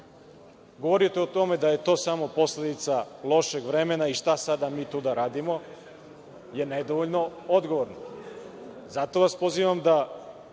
govoriti o tome da je to samo posledica lošeg vremena i šta sada mi tu da radimo, je nedovoljno odgovorno. Zato vas pozivam da